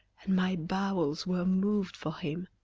and my bowels were moved for him.